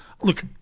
Look